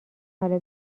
حالا